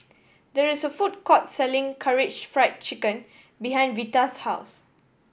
there is a food court selling Karaage Fried Chicken behind Vita's house